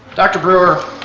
dr brewer,